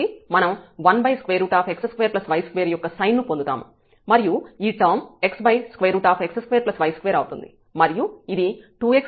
కాబట్టి మనం 1x2y2 యొక్క సైన్ ను పొందుతాము మరియు ఈ టర్మ్ xx2y2 అవుతుంది మరియు ఇది 2x cos 1x2y2 అవుతుంది